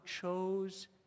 chose